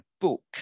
book